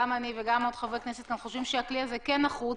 גם אני וגם עוד חברי כנסת חושבים שהכלי הזה כן נחוץ,